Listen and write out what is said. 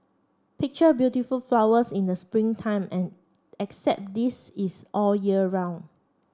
picture beautiful flowers in the spring time and except this is all year round